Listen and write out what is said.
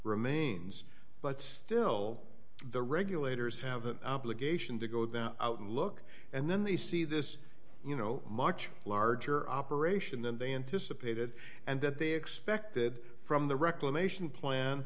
remains but still the regulators have an obligation to go them out and look and then the see this you know much larger operation and they anticipated and that they expected from the reclamation plan